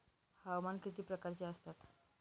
हवामान किती प्रकारचे असतात?